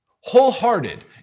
Wholehearted